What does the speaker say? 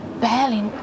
barely